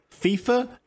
fifa